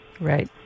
Right